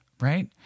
Right